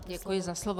Děkuji za slovo.